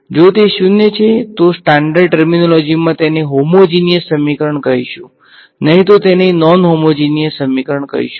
જો તે શૂન્ય છે તો સ્ટાંડર્ડ ટર્મીનોલોજી મા તેને હોમોજીનીયસ સમીકરણ કહીશુ નહીતો તેને નોનહોમોજીનીયસ સમીકરણ કહીશું